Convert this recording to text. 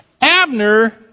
Abner